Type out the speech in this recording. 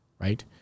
Right